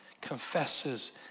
confesses